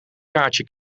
kaartje